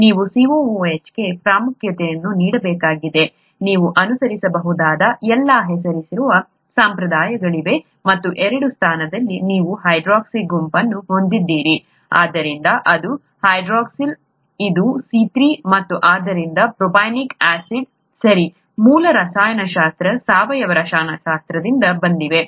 ನೀವು COOH ಗೆ ಪ್ರಾಮುಖ್ಯತೆಯನ್ನು ನೀಡಬೇಕಾಗಿದೆ ನೀವು ಅನುಸರಿಸಬಹುದಾದ ಎಲ್ಲಾ ಹೆಸರಿಸುವ ಸಂಪ್ರದಾಯಗಳಿವೆ ಮತ್ತು ಎರಡು ಸ್ಥಾನದಲ್ಲಿ ನೀವು ಹೈಡ್ರಾಕ್ಸಿ ಗುಂಪನ್ನು ಹೊಂದಿದ್ದೀರಿ ಆದ್ದರಿಂದ ಎರಡು ಹೈಡ್ರಾಕ್ಸಿಲ್ ಇದು C3 ಮತ್ತು ಆದ್ದರಿಂದ ಪ್ರೊಪನೊಯಿಕ್ ಆಸಿಡ್ ಸರಿ ಮೂಲ ರಸಾಯನಶಾಸ್ತ್ರ ಸಾವಯವ ರಸಾಯನಶಾಸ್ತ್ರದಿಂದ ಬಂದಿವೆ